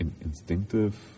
instinctive